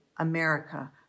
America